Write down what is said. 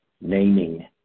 naming